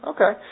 Okay